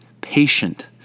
patient